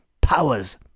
powers